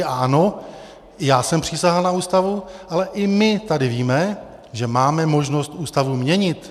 A ano, i já jsem přísahal na Ústavu, ale i my tady víme, že máme možnost Ústavu měnit.